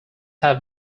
have